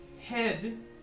head